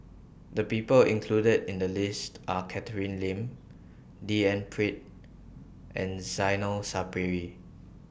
The People included in The list Are Catherine Lim D N Pritt and Zainal Sapari